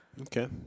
okay